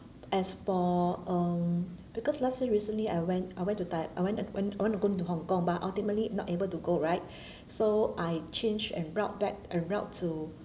as for um because let's say recently I went I went to tai~ I went I went I want to go to hong kong but ultimately not able to go right so I changed and brought back I route to